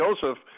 Joseph